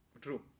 True